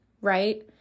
right